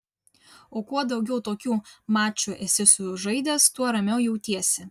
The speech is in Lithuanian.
o kuo daugiau tokių mačų esi sužaidęs tuo ramiau jautiesi